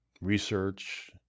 research